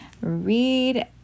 read